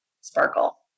sparkle